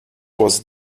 was